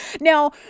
Now